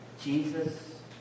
Jesus